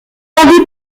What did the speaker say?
fendu